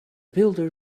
builder